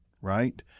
right